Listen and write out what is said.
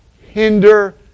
hinder